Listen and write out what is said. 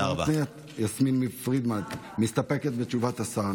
אבל יש עמותות מסודרות.